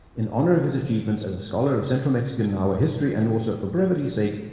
in honor of his achievements as a scholar of central mexican nahua history, and also for brevity's sake,